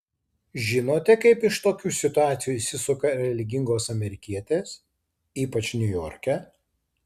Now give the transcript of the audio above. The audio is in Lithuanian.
žinote kaip iš tokių situacijų išsisuka religingos amerikietės ypač niujorke